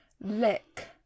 lick